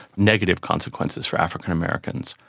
negative consequences for african americans.